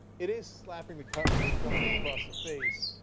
it is slapping the company across the face,